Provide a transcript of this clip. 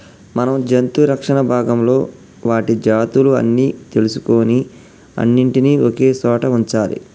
మనం జంతు రక్షణ భాగంలో వాటి జాతులు అన్ని తెలుసుకొని అన్నిటినీ ఒకే సోట వుంచాలి